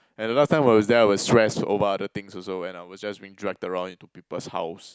and the last time I was there I was stressed over other things also when I was just being dragged around into people's house